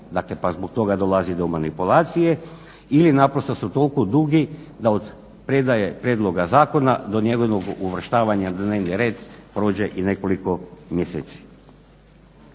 dakle pa zbog toga dolazi do manipulacije ili naprosto su toliko dugi da od predaje prijedloga zakona do njegovog uvrštavanja u dnevni red prođe i nekoliko mjeseci.